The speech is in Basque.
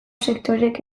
sektoreek